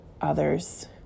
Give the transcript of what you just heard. others